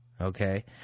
Okay